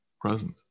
present